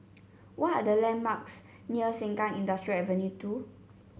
what are the landmarks near Sengkang Industrial Avenue two